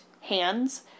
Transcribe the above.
hands